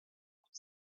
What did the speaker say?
could